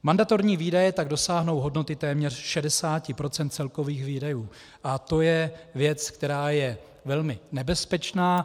Mandatorní výdaje tak dosáhnou hodnoty téměř 60 % celkových výdajů a to je věc, která je velmi nebezpečná.